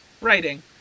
Writing